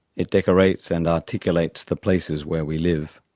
it decorates and articulates the places where we live.